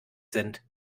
sind